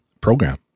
program